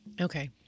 Okay